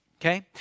okay